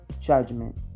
judgment